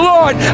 Lord